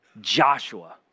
Joshua